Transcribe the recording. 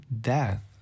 death